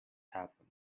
happen